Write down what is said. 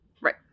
Right